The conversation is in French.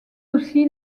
aussi